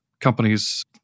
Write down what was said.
companies